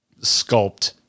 sculpt